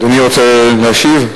אדוני רוצה להשיב?